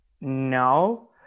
no